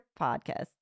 podcast